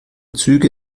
züge